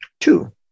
Two